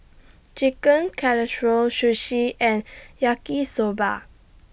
Chicken Casserole Sushi and Yaki Soba